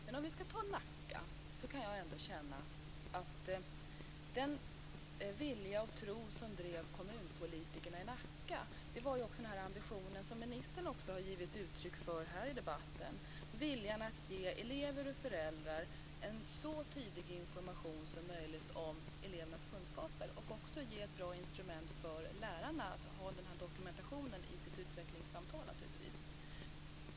Men om vi ska ta Nacka, så kan jag ändå känna att den vilja och tro som drev kommunpolitikerna i Nacka ju var den ambition som också ministern har givit uttryck för här i debatten: viljan att ge elever och föräldrar en så tidig information som möjligt om elevernas kunskaper och också ge ett bra instrument för lärarna att ha den här dokumentationen i sitt utvecklingssamtal, naturligtvis.